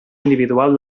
individual